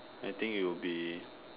I think it'll be